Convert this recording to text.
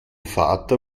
vater